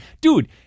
Dude